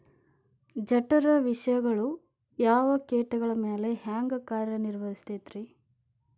ಜಠರ ವಿಷಗಳು ಯಾವ ಕೇಟಗಳ ಮ್ಯಾಲೆ ಹ್ಯಾಂಗ ಕಾರ್ಯ ನಿರ್ವಹಿಸತೈತ್ರಿ?